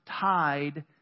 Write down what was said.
tied